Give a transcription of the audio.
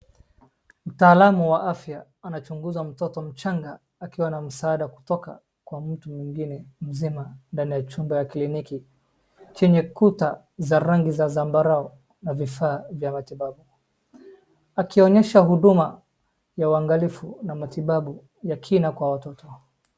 Mtaalamu wa afya anachunguza mtoto mchanga akiwa na msaada kutoka kwa mtu mwingine mzima ndani ya chumba ya kliniki chenye kuta za rangi za zambarau na vifaa vya matibabu akionyesha huduma ya uangalifu na matibabu ya kina kwa watoto